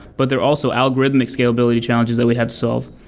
but there are also algorithmic scalability challenges that we have solve.